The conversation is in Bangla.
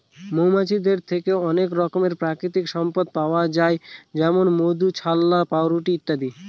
মৌমাছিদের থেকে অনেক রকমের প্রাকৃতিক সম্পদ পাওয়া যায় যেমন মধু, ছাল্লা, পাউরুটি ইত্যাদি